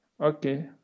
Okay